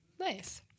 Nice